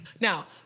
Now